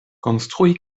konstrui